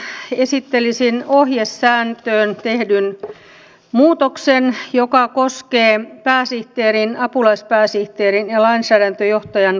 viimeisenä esittelisin ohjesääntöön tehdyn muutoksen joka koskee pääsihteerin apulaispääsihteerin ja lainsäädäntöjohtajan kelpoisuusvaatimusta